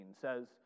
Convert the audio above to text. says